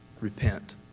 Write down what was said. repent